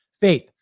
Faith